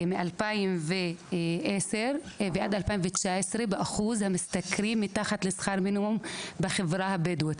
מ-2010 ועד 2019 באחוז המשתכרים מתחת לשכר מינימום בחברה הבדואית.